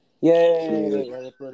Yay